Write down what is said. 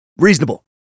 Reasonable